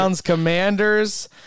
commanders